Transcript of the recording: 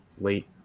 late